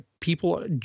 people